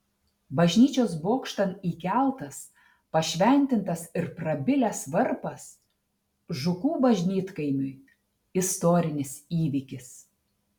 bažnyčios bokštan įkeltas pašventintas ir prabilęs varpas žukų bažnytkaimiui istorinis įvykis